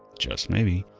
just maybe,